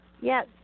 Yes